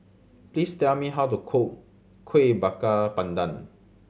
please tell me how to cook Kuih Bakar Pandan